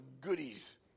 goodies